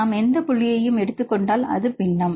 நாம் எந்த புள்ளியையும் எடுத்துக் கொண்டால் அது பின்னம்